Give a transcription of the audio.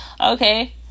Okay